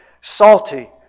salty